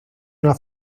una